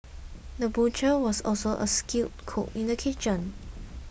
the butcher was also a skilled cook in the kitchen